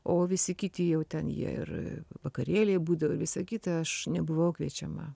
o visi kiti jau ten jie ir vakarėliai būdavo ir visa kita aš nebuvau kviečiama